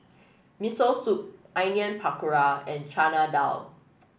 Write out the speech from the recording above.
Miso Soup Onion Pakora and Chana Dal